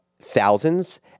Thousands